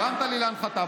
הרמת לי להנחתה,